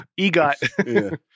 EGOT